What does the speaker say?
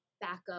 backup